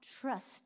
trust